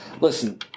listen